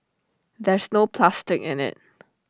there's no plastic in IT